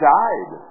died